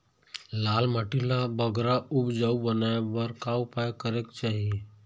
लाल माटी ला बगरा उपजाऊ बनाए बर का उपाय करेक चाही?